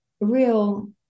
real